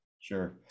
Sure